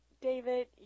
David